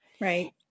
Right